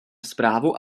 zprávu